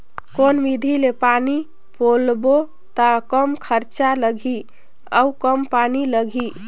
कौन विधि ले पानी पलोबो त कम खरचा लगही अउ कम पानी लगही?